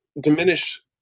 diminish